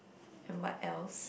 and what else